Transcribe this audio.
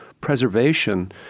preservation